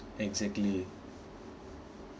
exactly